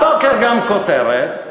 הבוקר הייתה גם כותרת,